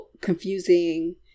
confusing